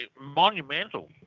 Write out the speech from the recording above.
monumental